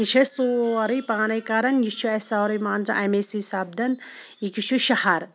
یہِ چھِ أسۍ سورٕے پانے کَران یہِ چھِ أسہِ سورٕے مان ژٕ امے سۭتۍ سَپدان یکہِ چھُ شَہَر